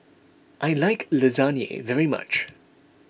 I like Lasagne very much